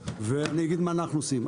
ואני אגיד מה אנחנו עושים.